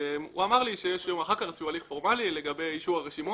הוא אמר לי שיש יום אחר כך איזשהו הליך פורמלי לגבי אישור הרשימות.